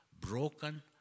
Broken